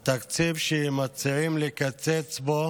התקציב שמציעים לקצץ בו